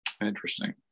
Interesting